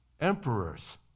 emperors